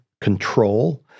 control